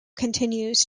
continues